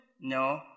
No